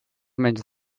menys